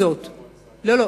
בסדר,